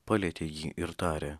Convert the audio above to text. palietė jį ir tarė